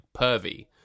pervy